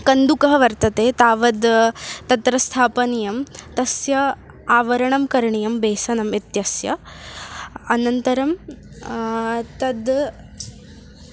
कन्दुकः वर्तते तावद् तत्र स्थापनीयं तस्य आवरणं करणीयं बेसनम् इत्यस्य अनन्तरं तद्